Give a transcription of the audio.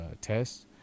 tests